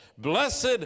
Blessed